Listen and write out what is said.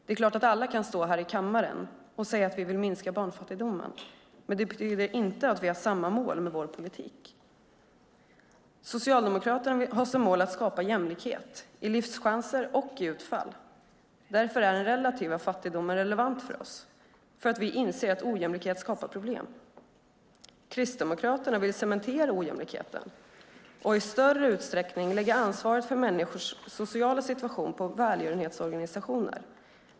Det är klart att vi alla kan stå här i kammaren och säga att vi vill minska barnfattigdomen, men det betyder inte att vi har samma mål med vår politik. Socialdemokraterna har som mål att skapa jämlikhet, i livschanser och i utfall. Den relativa fattigdomen är relevant för oss, för att vi inser att ojämlikhet skapar problem. Kristdemokraterna vill cementera ojämlikheten och i större utsträckning lägga ansvaret för människors sociala situation på välgörenhetsorganisationer.